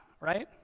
right